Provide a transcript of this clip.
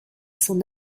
son